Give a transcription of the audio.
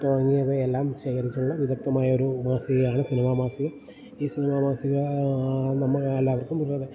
തുടങ്ങിയവയെല്ലാം ശേഖരിച്ചുള്ള വിദഗ്ദമായൊരു മാസികയാണ് സിനിമ മാസിക ഈ സിനിമ മാസിക നമ്മൾ എല്ലാവർക്കും തന്നേണ്